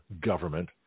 government